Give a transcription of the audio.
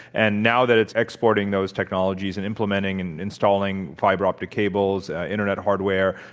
and now, that it's exporting those technologies and implementing and installing fiber optic cables, internet hardware,